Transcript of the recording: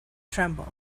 tremble